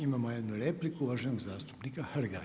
Imamo jednu repliku uvaženog zastupnika Hrga.